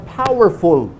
powerful